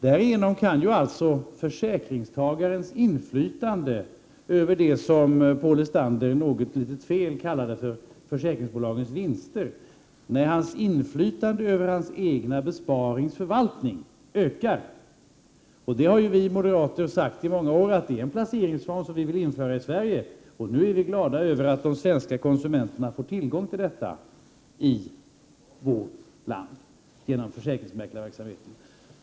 Därigenom ökar alltså försäkringstagarens inflytande över hans egen besparings förvaltning, det som Paul Lestander litet felaktigt kallar för försäkringsbolagens vinster. Vi moderater har sagt i många år att vi vill införa denna placeringsform i Sverige. Nu är vi glada över att de svenska konsumenterna får tillgång till denna i vårt land genom försäkringsmäkleriverksamhet.